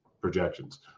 projections